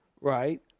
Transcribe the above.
right